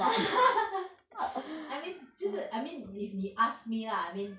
I mean 就是 I mean if 你 ask me lah I mean